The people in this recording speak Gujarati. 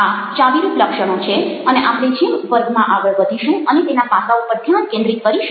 આ ચાવીરૂપ લક્ષણો છે અને આપણે જેમ વર્ગમાં આગળ વધીશું અને તેના પાસાઓ પર ધ્યાન કેન્દ્રિત કરીશું